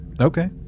Okay